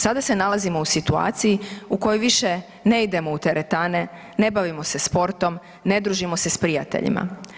Sada se nalazimo u situaciju u kojoj više ne idemo u teretane, ne bavimo se sportom, ne družimo se s prijateljima.